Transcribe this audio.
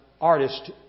artist